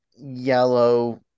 yellow